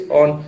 on